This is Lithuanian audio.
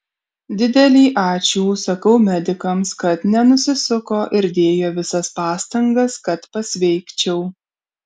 didelį ačiū sakau medikams kad nenusisuko ir dėjo visas pastangas kad pasveikčiau